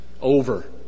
over